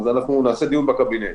נעשה דיון בקבינט,